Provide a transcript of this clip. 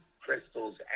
crystals